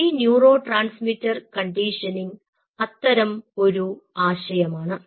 ഈ neurotransmitter conditioning അത്തരം ഒരു ആശയമാണ്